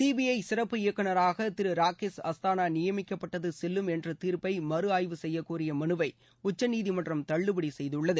CBI சிறப்பு இயக்குநராக திரு ராகேஷ் அஸ்தானா நியமிக்கப்பட்டது செல்லும் என்ற தீர்ப்பை மறு ஆய்வு செய்ய கோரிய மனுவை உச்சநீதிமன்றம் தள்ளுபடி செய்துள்ளது